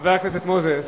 חבר הכנסת מוזס.